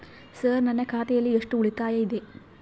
Sir ನನ್ನ ಖಾತೆಯಲ್ಲಿ ಎಷ್ಟು ಉಳಿತಾಯ ಇದೆ?